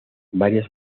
varias